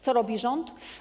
Co robi rząd?